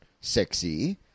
sexy